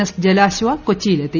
esque ജിൽാശ്വ കൊച്ചിയിലെത്തി